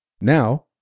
Now